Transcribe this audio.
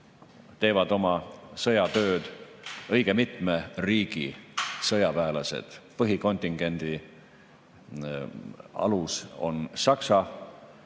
teevad oma sõjatööd õige mitme riigi sõjaväelased. Põhikontingendi alus on Saksa